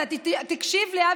תקשיב לי,